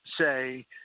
say